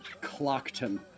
clockton